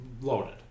loaded